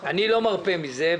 אני לא מרפה מזה.